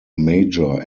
major